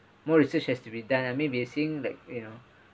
more research has to be done I mean they are seeing like you know